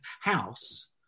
house